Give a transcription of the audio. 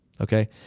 okay